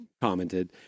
commented